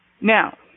now